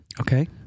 Okay